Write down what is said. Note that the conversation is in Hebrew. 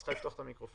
הפיקוח על הבנקים,